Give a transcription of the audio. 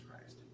Christ